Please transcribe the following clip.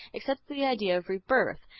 accepted the idea of rebirth.